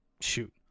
shoot